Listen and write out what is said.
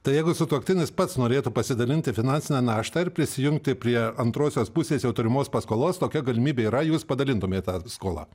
tai jeigu sutuoktinis pats norėtų pasidalinti finansinę naštą ir prisijungti prie antrosios pusės jau turimos paskolos tokia galimybė yra jūs padalintumėt tą skolą